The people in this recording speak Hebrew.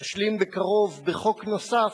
נשלים בקרוב, בחוק נוסף,